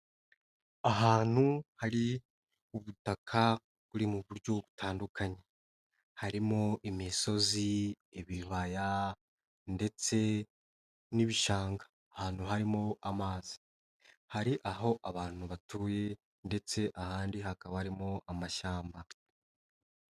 Ahantu hari ubutaka buri mu buryo butandukanye. Harimo imisozi, ibibaya ndetse n'ibishanga. Ahantu harimo amazi. Hari aho abantu batuye ndetse ahandi hakaba harimo amashyamba.